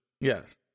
Yes